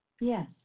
Yes